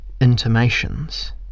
intimations